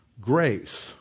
grace